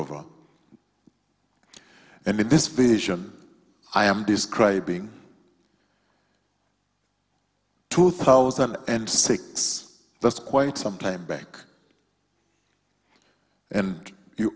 over and in this vision i am describing two thousand and six that's quite some time back and you